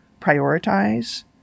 prioritize